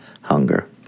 hunger